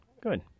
good